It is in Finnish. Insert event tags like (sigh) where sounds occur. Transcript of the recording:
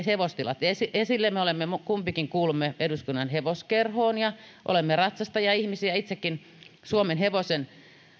(unintelligible) hevostilat esille me kumpikin kuulumme eduskunnan hevoskerhoon ja olemme ratsastajaihmisiä itsekin suomenhevosen